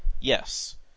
Yes